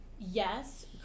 Yes